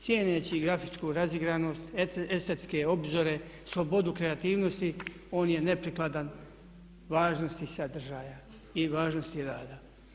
Cijeneći grafičku razigranost, estetske obzore, slobodu kreativnosti on je neprikladan važnosti sadržaja i važnosti rada.